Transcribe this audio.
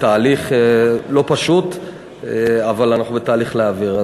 בתהליך לא פשוט אנחנו בתהליך של להעביר.